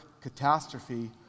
catastrophe